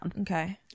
Okay